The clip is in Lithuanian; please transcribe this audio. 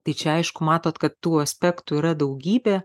tai čia aišku matot kad tų aspektų yra daugybė